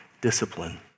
discipline